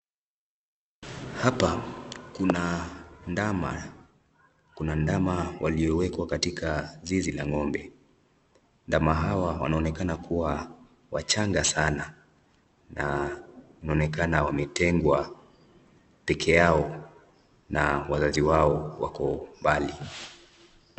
Hapa kuna ndama, kuna ndama waliowekwa katika zizi la ng'ombe. Ndama hawa wanaonekana kuwa wachanga sana na wanaonekana kuwa wametengwa pekee yao na wazazi wao wako mbali.